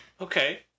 Okay